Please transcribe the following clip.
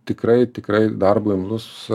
tikrai tikrai darbo imlus